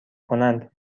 کنند